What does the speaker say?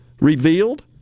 revealed